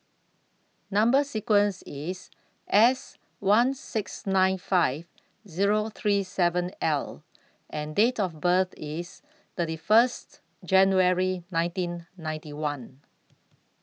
Number sequence IS S one six nine five Zero three seven L and Date of birth IS thirty First January nineteen ninety one